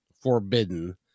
forbidden